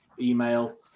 email